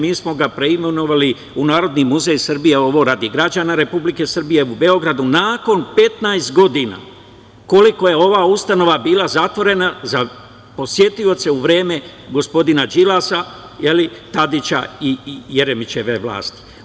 Mi smo ga preimenovali u Narodni muzej Srbije, ovo radi građana Republike Srbije, u Beogradu, nakon 15 godina, koliko je ova ustanova bila zatvorena za posetioce u vreme gospodina Đilasa, Tadića i Jeremićeve vlasti.